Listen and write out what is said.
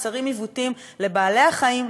נוצרים עיוותים לבעלי-החיים,